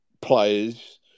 players